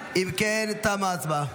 אם כן, תמה ההצבעה.